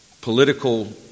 political